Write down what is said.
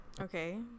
Okay